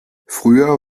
früher